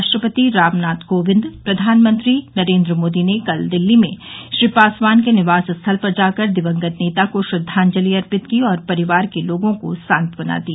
राष्ट्रपति रामनाथ कोविंद प्रधानमंत्री नरेन्द्र मोदी ने कल दिल्ली में श्री पासवान के निवास स्थल पर जाकर दिवंगत नेता को श्रद्वाजलि अर्पित की और परिवार के लोगों को सात्वना दी